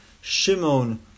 Shimon